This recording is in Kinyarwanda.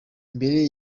mbere